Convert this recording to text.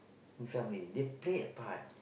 in family they play a part